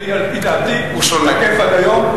הוויכוח שלי, על-פי דעתי, תקף עד היום.